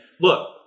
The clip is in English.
look